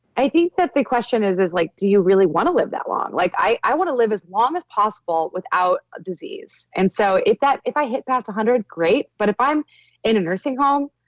i think that the question is is like do you really want to live that long? like i i want to live as long as possible without a disease. and so if that. if i hit past one hundred, great, but if i'm in a nursing home,